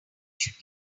should